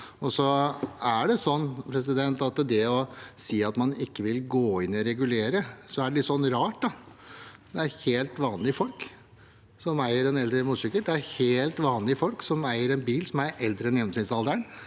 løse mye av problemet. Det å si at man ikke vil gå inn og regulere, er litt rart. Det er helt vanlige folk som eier en eldre motorsykkel, det er helt vanlige folk som eier en bil som er eldre enn gjennomsnittsalderen,